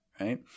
right